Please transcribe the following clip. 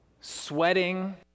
sweating